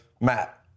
Matt